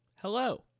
Hello